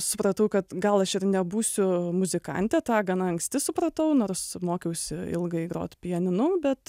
supratau kad gal aš ir nebūsiu muzikantė tą gana anksti supratau nors mokiausi ilgai grot pianinu bet